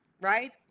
right